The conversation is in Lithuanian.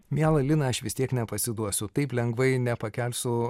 miela lina aš vis tiek nepasiduosiu taip lengvai nepakelsiu